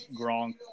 Gronk